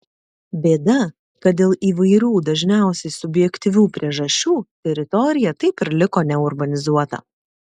bėda kad dėl įvairių dažniausiai subjektyvių priežasčių teritorija taip ir liko neurbanizuota